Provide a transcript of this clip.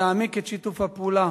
יעמיק את שיתוף הפעולה